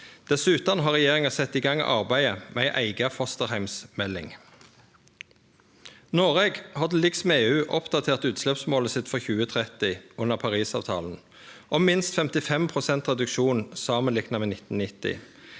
Dessutan har regjeringa sett i gang arbeidet med ei eiga fosterheimsmelding. Noreg har til liks med EU oppdatert utsleppsmålet sitt for 2030 under Parisavtalen, om minst 55 pst. reduksjon samanlikna med 1990.